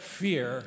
fear